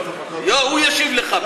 הוא ישיב לך.